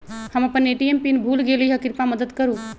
हम अपन ATM PIN भूल गेली ह, कृपया मदत करू